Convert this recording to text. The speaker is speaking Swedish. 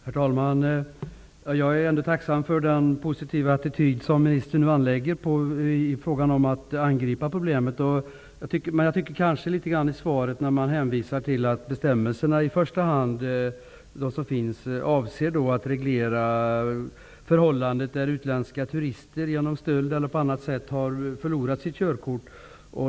Herr talman! Jag är ändå tacksam för den positiva attityd som ministern nu intar när det gäller att angripa problemet. I svaret hänvisas till att bestämmelserna i första hand avser att reglera förhållandet när utländska turister genom stöld eller på annat sätt har förlorat sina körkort.